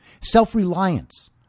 self-reliance